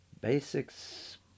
Basics